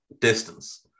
distance